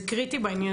זה קריטי בעניין,